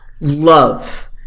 love